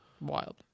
Wild